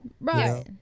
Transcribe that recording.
Right